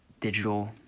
digital